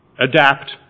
adapt